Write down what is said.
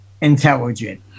intelligent